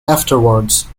afterwards